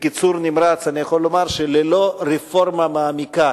בקיצור נמרץ אני יכול לומר שללא רפורמה מעמיקה,